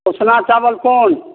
उसना चावल कोन